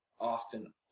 often